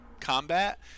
combat